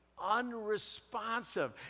unresponsive